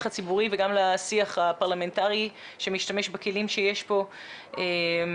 הציבורי וגם לשיח הפרלמנטרי שמשתמש בכלים שיש פה איתנו.